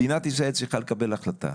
מדינת ישראל צריכה לקבל החלטה.